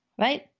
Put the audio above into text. right